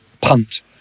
punt